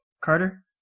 Carter